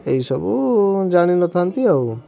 ଏଇସବୁ ଜାଣିନଥାଆନ୍ତି ଆଉ